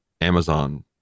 amazon